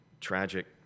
tragic